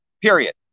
period